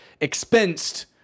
expensed